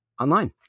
online